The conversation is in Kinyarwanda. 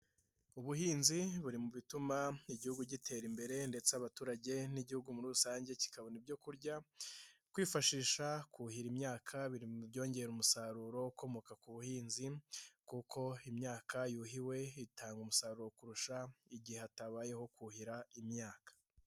Ubuhinzi buri mu bituma igihugu gitera imbere ndetse abaturage n'igihugu muri rusange kikabona ibyo kurya, kwifashisha kuhira imyaka biri byongera umusaruro ukomoka ku buhinzi, kuko imyaka yuhiwe itanga umusaruro kurusha igihe hatabayeho kuhira imyaka.